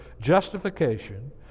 justification